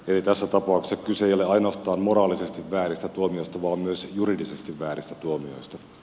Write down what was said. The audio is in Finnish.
eli tässä tapauksessa kyse ei ole ainoastaan moraalisesti vääristä tuomioista vaan myös juridisesti vääristä tuomioista